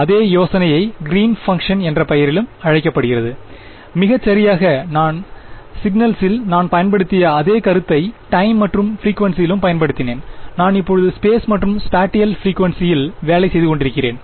அதே யோசனையை green function என்ற பெயரிலும் அழைக்கப்படுகிறது மிகச்சரியாக நான் சிக்னல்சில் நான் பயன்படுத்திய அதே கருத்தை டைம் மற்றும் பிரிகுவென்ஸியிலும் பயன்படுத்தினேன் நான் இப்போது ஸ்பேஸ் மற்றும் ஸ்பாட்டியல் பிரிகுவென்ஸியில் வேலை செய்து கொண்டிருக்கிறேன்